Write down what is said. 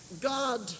God